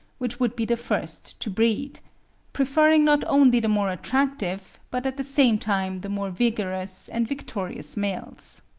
which would be the first to breed preferring not only the more attractive but at the same time the more vigorous and victorious males.